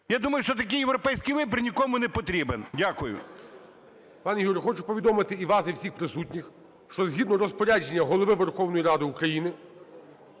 Я думаю, що такий європейський вибір нікому непотрібен. Дякую.